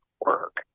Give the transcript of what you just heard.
work